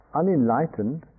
unenlightened